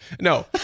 no